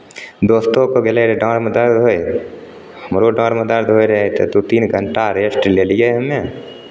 दोस्तोके गेलै रहए डाँरमे दर्द होय हमरो डाँरमे दर्द होइ रहै तऽ दू तीन घंटा रेस्ट लेलियै हम्मे